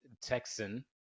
Texan